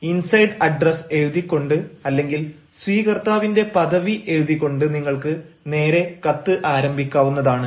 inside address എഴുതി കൊണ്ട് അല്ലെങ്കിൽ സ്വീകർത്താവിൻറെ പദവി എഴുതിക്കൊണ്ട് നിങ്ങൾക്ക് നേരെ കത്ത് ആരംഭിക്കാവുന്നതാണ്